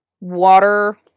water